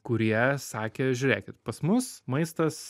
kurie sakė žiūrėkit pas mus maistas